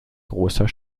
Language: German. großer